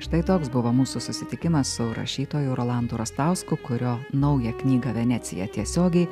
štai toks buvo mūsų susitikimas su rašytoju rolandu rastausku kurio naują knygą venecija tiesiogiai